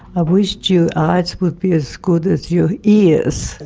i wish your eyes would be as good as your ears.